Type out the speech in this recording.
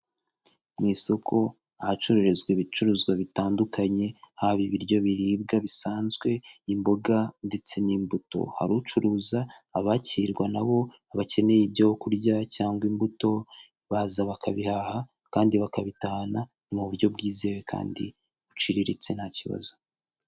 Mu isoko ahacururizwa ibicuruzwa bitandukanye, haba ibiryo biribwa bisanzwe, imboga ndetse n'imbuto. Hari ucuruza, abakirwa nabo bakeneye ibyo kurya cyangwa imbuto baza bakabihaha kandi bakabitahana mu buryo bwizewe kandi buciriritse nta kibazo.